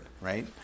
Right